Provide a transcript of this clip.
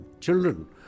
children